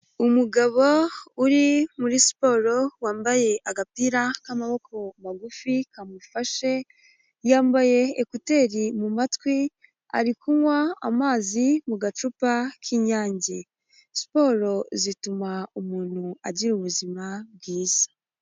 Umugabo uri muri siporo wambaye agapira k'amaboko magufi kamufashe, yambaye ekuteri mu matwi ari kunywa amazi mu gacupa k'inyange, siporo zituma umuntu agira ubuzima bwiza.